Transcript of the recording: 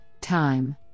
time